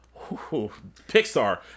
Pixar